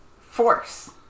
Force